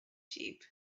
sheep